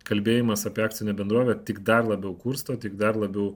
kalbėjimas apie akcinę bendrovę tik dar labiau kursto tik dar labiau